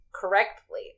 correctly